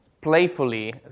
playfully